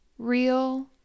real